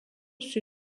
sur